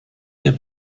der